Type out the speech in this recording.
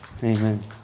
Amen